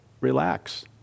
relax